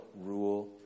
rule